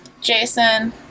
Jason